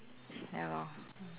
ya lor